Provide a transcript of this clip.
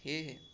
সেয়েহে